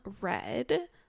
Red